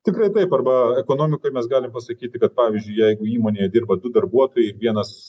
tikrai taip arba ekonomikoj mes galim pasakyti kad pavyzdžiui jeigu įmonėje dirba du darbuotojai vienas